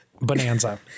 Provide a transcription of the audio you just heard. bonanza